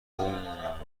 هومممم